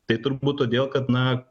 tai turbūt todėl kad na